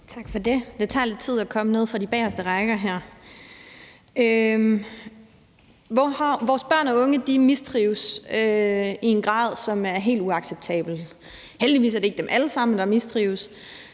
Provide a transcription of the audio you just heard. (Ordfører) Anne Valentina Berthelsen (SF): Tak for det. Vores børn og unge mistrives i en grad, som er helt uacceptabel. Heldigvis er det ikke dem alle sammen, der mistrives,